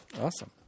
Awesome